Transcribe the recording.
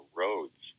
roads